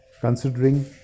Considering